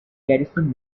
garrison